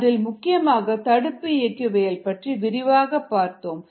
அதில் முக்கியமாக தடுப்பு இயக்கவியல் பற்றி விரிவாக பார்த்தோம்